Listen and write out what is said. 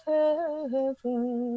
heaven